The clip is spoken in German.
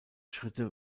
schritte